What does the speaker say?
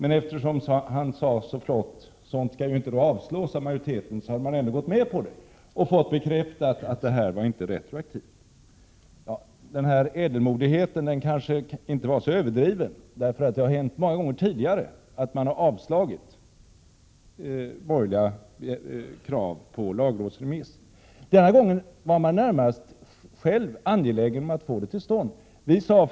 En sådan begäran skall ju inte avslås av majoriteten, sade han så flott, och därför hade socialdemokraterna gått med på ett sådant förfarande. Då fick de bekräftat att förslaget inte hade karaktär av retroaktiv beskattning. Detta kanske inte var så ädelmodigt; det har nämligen många gånger tidigare hänt att socialdemokraterna har avslagit borgerliga krav på lagrådsremiss. Denna gång var socialdemokraterna själva närmast angelägna om att få en lagrådsremiss till stånd.